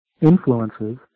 influences